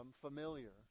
familiar